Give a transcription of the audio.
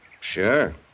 Sure